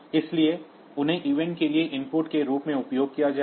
इसलिए उन्हें ईवेंट के लिए इनपुट के रूप में उपयोग किया जाएगा